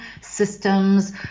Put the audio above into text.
systems